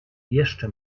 jeszcze